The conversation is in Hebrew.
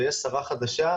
ויש שרה חדשה.